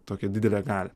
tokią didelę galią